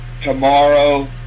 tomorrow